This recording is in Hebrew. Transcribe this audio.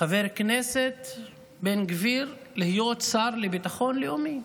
חבר כנסת, בן גביר, להיות שר לביטחון לאומי.